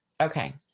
Okay